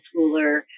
schooler